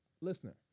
listener